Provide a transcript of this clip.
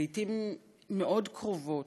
לעתים מאוד קרובות,